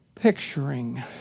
Picturing